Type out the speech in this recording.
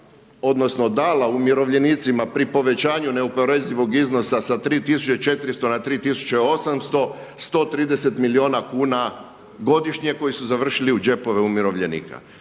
odnosno dala umirovljenicima pri povećanju neoporezivog iznosa sa 3400 na 3800, 130 milijuna kuna godišnje koji su završili u džepovima umirovljenika.